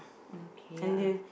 okay ah